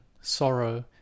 sorrow